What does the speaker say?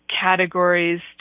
categories